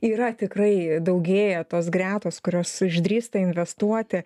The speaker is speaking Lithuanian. yra tikrai daugėja tos gretos kurios išdrįsta investuoti